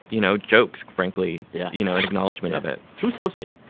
you know, jokes frankly, yeah you know, an acknowledgement of it who's hosting?